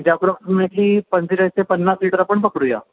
त्याच्या अप्रॉक्सिमेटली पंचेचाळीस ते पन्नास लिटर आपण पकडूया